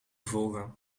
volgen